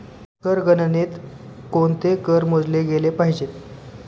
कर गणनेत कोणते कर मोजले गेले पाहिजेत?